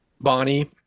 Bonnie